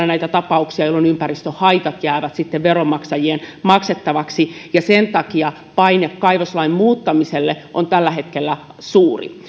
näitä tapauksia joissa ympäristöhaitat jäävät veronmaksajien maksettaviksi ja sen takia paine kaivoslain muuttamiselle on tällä hetkellä suuri